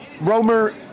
Romer